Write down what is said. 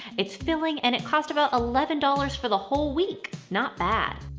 it's filling, and it cost about eleven dollars for the whole week, not bad!